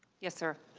yes sir.